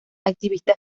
activista